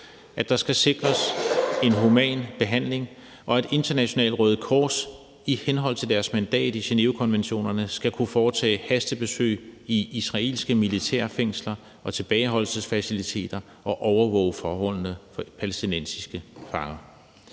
at der skal sikres en human behandling, og at internationale Røde Kors i henhold til deres mandat i Genèvekonventionerne skal kunne foretage hastebesøg i israelske militære fængsler og tilbageholdelsesfaciliteter og overvåge forholdene for palæstinensiske fanger.